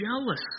jealous